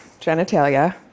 genitalia